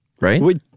right